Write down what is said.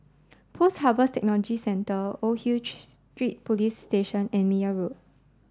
Post Harvest Technology Centre Old Hill Street Police Station and Meyer Road